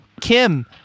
Kim